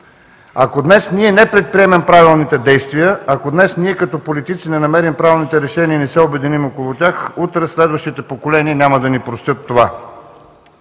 Ако днес ние не предприемем правилните действия, ако днес ние като политици не намерим правилните решения и не се обединим около тях, утре следващите поколения няма да ни простят това.